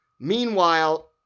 Meanwhile